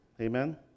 Amen